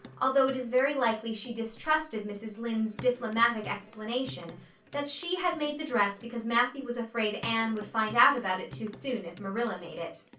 although it is very likely she distrusted mrs. lynde's diplomatic explanation that she had made the dress because matthew was afraid anne would find out about it too soon if marilla made it.